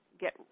get